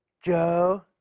joe?